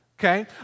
Okay